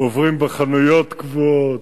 עוברים בחנויות קבועות,